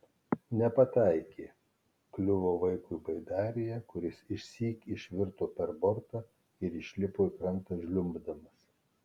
nepataikė kliuvo vaikui baidarėje kuris išsyk išvirto per bortą ir išlipo į krantą žliumbdamas